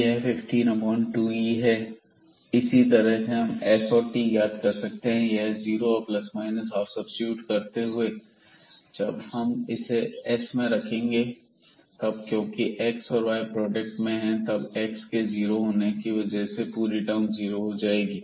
यह 152e है इसी तरह हम s और t ज्ञात कर सकते हैं यह जीरो और ± 12 सब्सीट्यूट करते हुए जब हम इसे s में रखेंगे तब क्योंकि x और y प्रोडक्ट में हैं तब x के 0 होने से पूरी टर्म 0 हो जाएगी